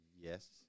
Yes